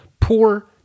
poor